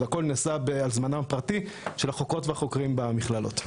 הכול נעשה על זמנם הפרטי של החוקרות והחוקרים במכללות.